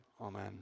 amen